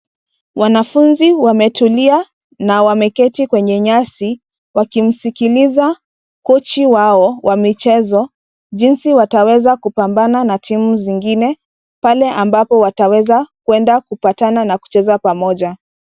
Wanafunzi wametulia na wameketi kwenye nyasi, wakimsikiliza kochi wao wa michezo, jinsi wataweza kupambana na timu zingine pale ambapo wataweza kwenda kupatana na kucheza pamoja.